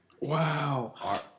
Wow